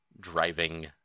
driving